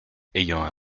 ayant